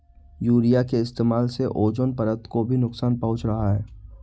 urea के इस्तेमाल से ओजोन परत को भी नुकसान पहुंच रहा है